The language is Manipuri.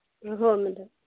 ꯑꯣ ꯍꯣꯏ ꯃꯦꯗꯥꯝ